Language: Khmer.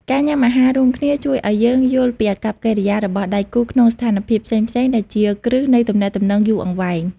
ការញ៉ាំអាហាររួមគ្នាជួយឱ្យយើងយល់ពីអាកប្បកិរិយារបស់ដៃគូក្នុងស្ថានភាពផ្សេងៗ ដែលជាគ្រឹះនៃទំនាក់ទំនងយូរអង្វែង។